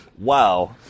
Wow